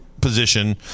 position